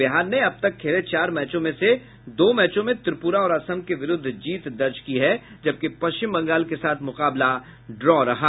बिहार ने अब तक खेले चार मैचों में से दो मैचों में त्रिपुरा और असम के विरूद्ध जीत दर्ज की है जबकि पश्चिम बंगाल के साथ मुकाबला ड्रॉ रहा